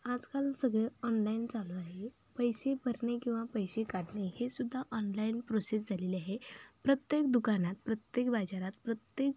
आजकाल सगळं ऑनलाईन चालू आहे पैसे भरणे किंवा पैसे काढणे हे सुद्धा ऑनलाईन प्रोसेस झालेली आहे प्रत्येक दुकानात प्रत्येक बाजारात प्रत्येक